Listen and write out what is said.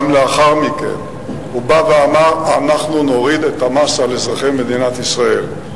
גם לאחר מכן: אנחנו נוריד את המס על אזרחי מדינת ישראל,